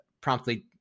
promptly